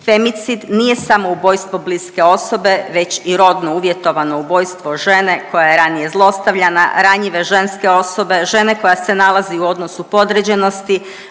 Femicid nije samo ubojstvo bliske osobe već i rodno uvjetovano ubojstvo žene koja je ranije zlostavljana, ranjive ženske osobe, žene koja se nalazi u odnosu podređenosti,